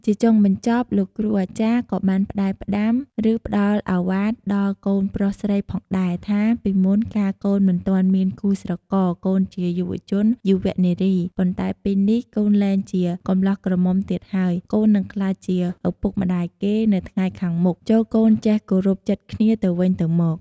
ជាចុងបញ្ចប់លោកគ្រូអាចារ្យក៏បានផ្តែផ្តាំ ឬ ផ្តល់ឱវាទដល់កូនប្រុសស្រីផងដែរ ថា «ពីមុនកាលកូនមិនទាន់មានគូស្រករកូនជាយុរជន យុវនារី ប៉ុន្តែពេលនេះកូនលែងជាកម្លោះក្រមុំទៀតហើយ កូននិងក្លាយជាឪពុកម្តាយគេនៅថ្ងៃខានមុខ ចូរកូនចេះគោរពចិត្តគ្នាទៅវិញទៅមក»។